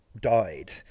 died